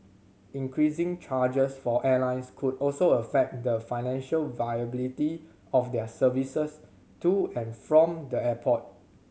increasing charges for airlines could also affect the financial viability of their services to and from the airport